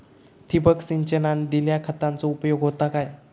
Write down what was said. ठिबक सिंचनान दिल्या खतांचो उपयोग होता काय?